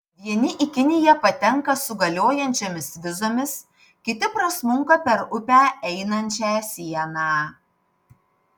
vieni į kiniją patenka su galiojančiomis vizomis kiti prasmunka per upę einančią sieną